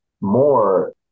more